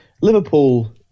Liverpool